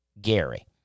gary